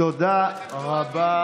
תודה רבה.